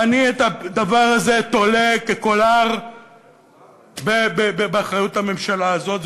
ואני את הדבר הזה תולה כקולר באחריות הממשלה הזאת.